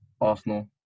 Arsenal